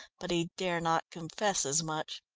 but he dare not confess as much.